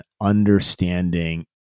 understanding